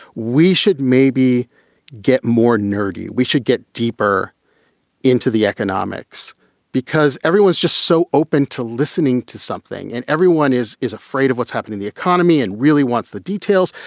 we should maybe get more nerdy. we should get deeper into the economics because everyone is just so open to listening to something and everyone is is afraid of what's happened in the economy and really wants the details.